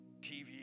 TV